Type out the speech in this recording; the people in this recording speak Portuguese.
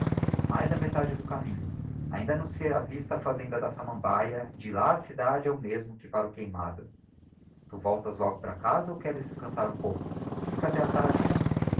mais da metade do caminho ainda não se avista a fazenda da samambaia e de lá á cidade é o mesmo que para o queimado tu voltas logo para casa ou queres descançar um pouco fica até á tarde